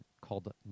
called